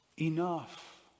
enough